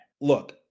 Look